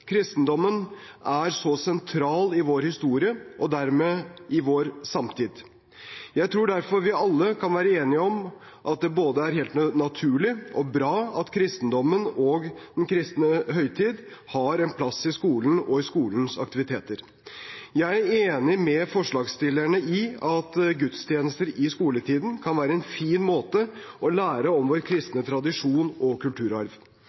Kristendommen er så sentral i vår historie og dermed vår samtid. Jeg tror derfor vi alle kan være enige om at det både er helt naturlig og bra at kristendommen og kristne høytider har en plass i skolen og i skolens aktiviteter. Jeg er enig med forslagsstillerne i at gudstjenester i skoletiden kan være en fin måte å lære om vår kristne tradisjon og kulturarv